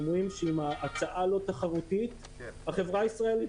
הם אומרים שאם ההצעה היא לא תחרותית החברה הישראלית